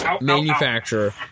manufacturer